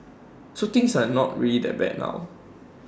so things are not really that bad now